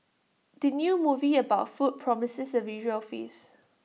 the new movie about food promises A visual feast